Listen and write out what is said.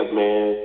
man